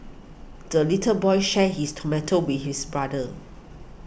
the little boy shared his tomato with his brother